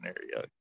scenario